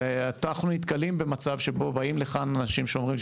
אנחנו נתקלים במצב שבו באים לכאן אנשים שאומרים,